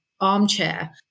armchair